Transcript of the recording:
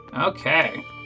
Okay